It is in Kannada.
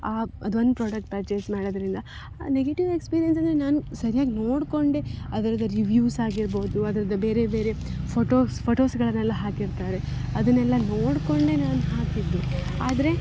ಆ ಅದೊಂದು ಪ್ರಾಡಕ್ಟ್ ಪರ್ಚೇಸ್ ಮಾಡಿದ್ದರಿಂದ ನೆಗೆಟಿವ್ ಎಕ್ಸ್ಪೀರಿಯೆನ್ಸ್ ಅಂದರೆ ನಾನು ಸರಿಯಾಗಿ ನೋಡಿಕೊಂಡೆ ಅದ್ರದ್ದು ರಿವಿವ್ಸ್ ಆಗಿರ್ಬಹುದು ಅದ್ರದ್ದು ಬೇರೆ ಬೇರೆ ಫೊಟೋಸ್ ಫೋಟೋಸ್ಗಳನ್ನೆಲ್ಲ ಹಾಕಿರ್ತಾರೆ ಅದನ್ನೆಲ್ಲ ನೋಡಿಕೊಂಡೆ ನಾನು ಹಾಕಿದ್ದು ಆದರೆ